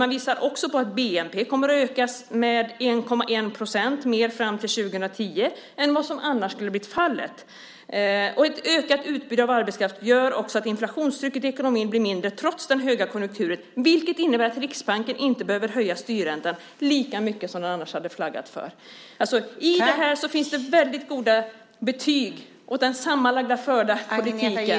Man visar också att bnp kommer att öka med 1,1 % mer fram till 2010 än vad som annars skulle ha blivit fallet. Ett ökat utbud av arbetskraft gör också att inflationstrycket i ekonomin blir mindre trots högkonjunkturen, vilket innebär att Riksbanken inte behöver höja styrräntan lika mycket som den annars hade flaggat för. Detta innebär väldigt goda betyg för den förda politiken.